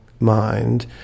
Mind